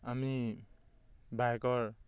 আমি বাইকৰ